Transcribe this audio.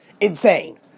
insane